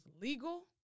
legal